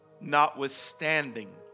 notwithstanding